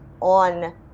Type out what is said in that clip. on